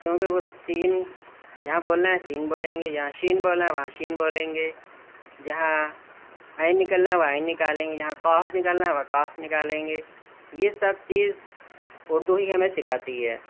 کیونکہ وہ سین جہاں بولنا ہے سین بولیں گے جہاں شین بولنا ہے وہاں شین بولیں گے جہاں عین نکلنا ہے وہاں عین نکالیں گے جہاں قاف نکالنا ہے وہاں قاف نکالیں گے یہ سب چیز اردو ہی ہمیں سکھاتی ہے